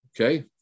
Okay